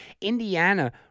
Indiana